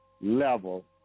level